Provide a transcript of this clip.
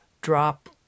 drop